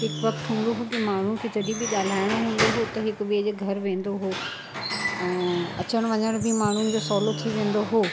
हिकु वक़्ति हूंदो हो कि माण्हुनि खे जॾहिं बि ॻाल्हाइणो हूंदो हुओ त हिकु ॿिएं जे घर वेंदो हुओ ऐं अचण वञण बि माण्हुनि जो सवलो थी वेंदो हुओ